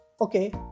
Okay